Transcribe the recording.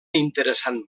interessant